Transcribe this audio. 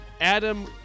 adam